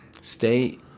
stay